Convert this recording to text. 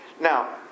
Now